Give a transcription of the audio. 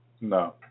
No